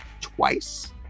twice